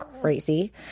crazy